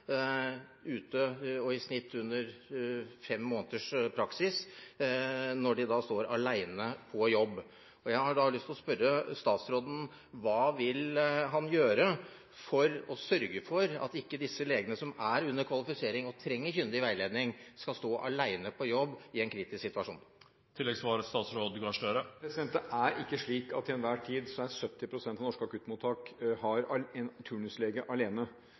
i snitt har under fem måneders praksis når de står alene på jobb, har jeg lyst til å spørre statsråden: Hva vil han gjøre for å sørge for at disse legene som er under kvalifisering og trenger kyndig veiledning, ikke skal stå alene på jobb i en kritisk situasjon? Det er ikke slik at 70 pst. av norske akuttmottak til enhver tid har en turnuslege alene.